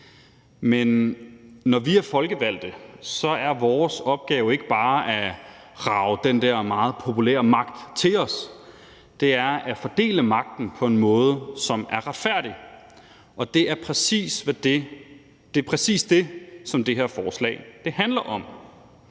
Men når vi er folkevalgte, er vores opgave ikke bare at rage den der meget populære magt til os, men at fordele magten på en måde, som er retfærdig. Og det er præcis det, som det her forslag handler om.